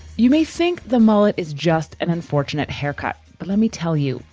you may think the mullet is just an unfortunate haircut, but let me tell you,